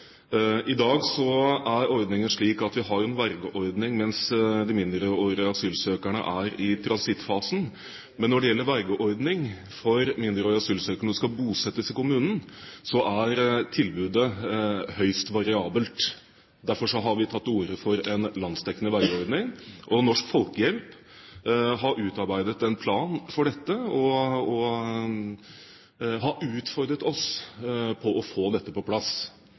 I dag er ordningen slik at vi har en vergeordning mens de mindreårige asylsøkerne er i transittfasen, men når det gjelder en vergeordning for mindreårige asylsøkere når de skal bosettes i kommunen, er tilbudet høyst variabelt. Derfor har vi tatt til orde for en landsdekkende vergeordning. Norsk Folkehjelp har utarbeidet en plan for dette og har utfordret oss på å få dette på plass.